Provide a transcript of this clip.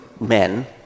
men